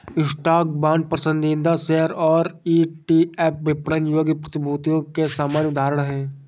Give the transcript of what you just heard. stock, bond, पसंदीदा share और ETF विपणन योग्य प्रतिभूतियों के सामान्य उदाहरण हैं